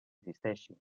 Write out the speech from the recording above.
existeixi